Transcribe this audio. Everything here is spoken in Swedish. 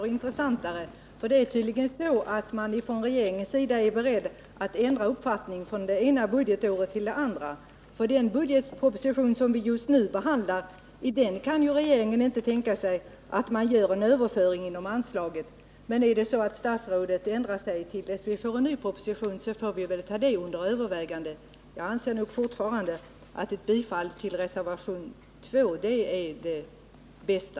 Herr talman! Det blir allt intressantare. Regeringen är tydligen beredd att ändra uppfattning från det ena budgetåret till det andra. I den budget som vi just nu behandlar kan regeringen inte tänka sig en överföring inom anslaget. Men om statsrådet ändrar sig tills vi får en ny proposition, får vi ta detta under övervägande. Jag anser fortfarande att ett bifall till reservationen 2 är det bästa.